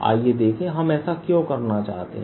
आइए देखें हम ऐसा क्यों करना चाहते हैं